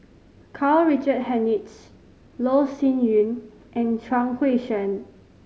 Karl Richard Hanitsch Loh Sin Yun and Chuang Hui Tsuan